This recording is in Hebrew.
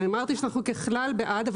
אמרתי שאנחנו ככלל בעד.